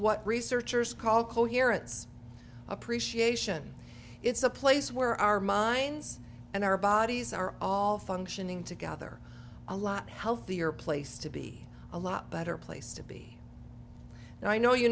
researchers call coherence appreciation it's a place where our minds and our bodies are all functioning together a lot healthier place to be a lot better place to be and i know you